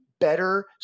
better